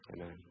Amen